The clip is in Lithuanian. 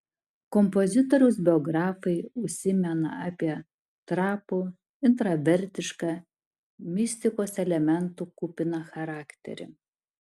kompozitoriaus biografai užsimena apie trapų intravertišką mistikos elementų kupiną charakterį